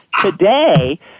Today